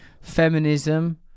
feminism